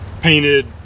painted